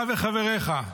אתה וחבריך,